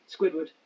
Squidward